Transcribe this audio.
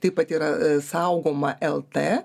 taip pat yra i saugoma el t